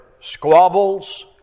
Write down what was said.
squabbles